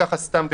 ככה סתם בחינם?